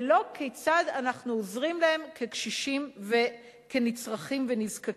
ולא: כיצד אנחנו עוזרים להם כקשישים וכנצרכים ונזקקים.